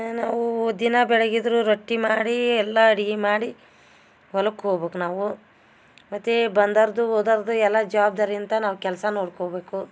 ನಾವು ದಿನ ಬೆಳಗಿದ್ದರೂ ರೊಟ್ಟಿ ಮಾಡಿ ಎಲ್ಲ ಅಡಿಗಿ ಮಾಡಿ ಹೊಲಕ್ಕೆ ಹೋಗ್ಬೇಕು ನಾವು ಮತ್ತು ಬಂದರ್ದು ಹೋದರ್ದು ಎಲ್ಲ ಜವಾಬ್ದಾರಿಯಿಂತ ನಾವು ಕೆಲಸ ನೋಡ್ಕೊಬೇಕು